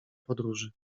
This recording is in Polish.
podróży